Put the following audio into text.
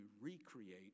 recreate